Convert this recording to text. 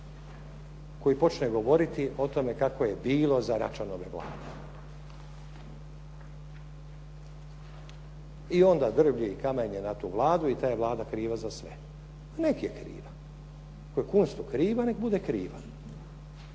koji počne govoriti o tome kako je bilo za Račanove Vlade. I onda drvlje i kamenje na tu Vladu i ta je Vlada kriva za sve. Nek je kriva. Ako je Kunstu kriva, neka bude kriva.